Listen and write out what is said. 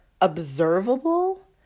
observable